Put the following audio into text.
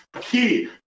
Key